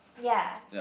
ya